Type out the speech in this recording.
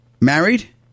married